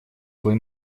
свой